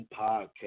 podcast